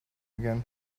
began